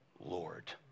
Lord